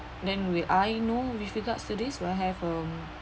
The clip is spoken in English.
then will I know with regards to this will I have um